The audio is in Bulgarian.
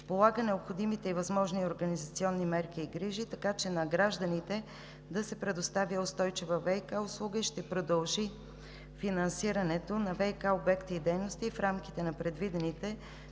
полага необходимите и възможни организационни мерки и грижи, така че на гражданите да се предоставя устойчива ВиК услуга, и ще продължи финансирането на ВиК обекти и дейности в рамките на предвидените